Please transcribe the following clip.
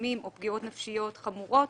אלימים או פגיעות נפשיות חמורות